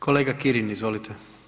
Kolega Kirin izvolite.